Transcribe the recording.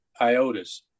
iotas